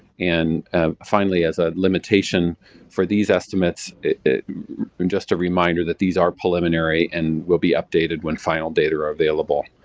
and ah finally, as a limitation for these estimates, and just a reminder that these are preliminary and will be updated when final data are available.